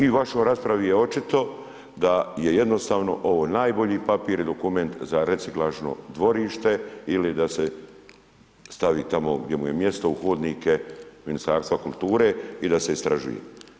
I u vašoj raspravi je očito da je jednostavno ovo najbolji papir i dokument za reciklažno dvorište ili da se stavi tamo gdje mu je mjesto u hodnike Ministarstva kulture i da se istražuje.